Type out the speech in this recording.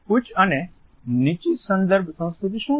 ઉચ્ચ અને નીચી સંદર્ભ સંસ્કૃતિ શું છે